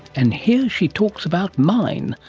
and here she talks about mine,